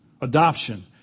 Adoption